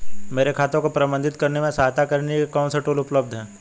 मेरे खाते को प्रबंधित करने में सहायता के लिए कौन से टूल उपलब्ध हैं?